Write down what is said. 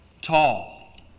tall